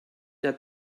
der